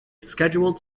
scheduled